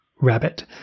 rabbit